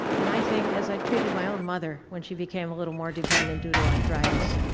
and i think, as i treated my own mother when she became a little more dependent due to arthritis.